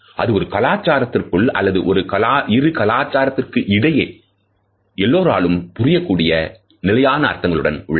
அது ஒரு கலாச்சாரத்திற்குள் அல்லது இரு கலாச்சாரங்களுக்கு இடையே எல்லோராலும் புரியக்கூடிய நிலையான அர்த்தங்களுடன் உள்ளன